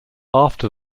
after